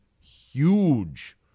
huge